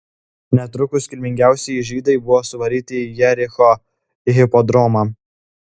netrukus kilmingiausieji žydai buvo suvaryti į jericho hipodromą